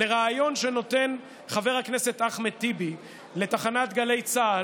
לריאיון שנתן חבר הכנסת אחמד טיבי לתחנת גלי צה"ל.